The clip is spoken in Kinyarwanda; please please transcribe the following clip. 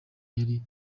yari